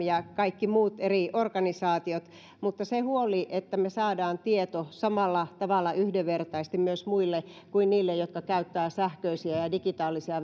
ja kaikki muut eri organisaatiot mutta koska on se huoli miten me saamme tietoa samalla tavalla yhdenvertaisesti myös muille kuin niille jotka käyttävät sähköisiä ja ja digitaalisia